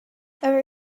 every